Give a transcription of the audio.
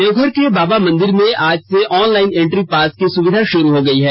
देवघर के बाबा मंदिर में आज से ऑनलाइन एंट्री पास की सुविधा शुरू हो गई है